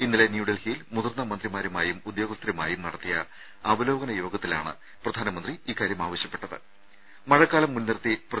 ഇന്നലെ ന്യൂഡൽഹിയിൽ മുതിർന്ന മന്ത്രിമാരുമായും ഉദ്യോഗസ്ഥരുമായും നടത്തിയ അവലോകന യോഗത്തിലാണ് പ്രധാനമന്ത്രി ഇക്കാര്യം മഴക്കാലം മുൻനിർത്തി ആവശ്യപ്പെട്ടത്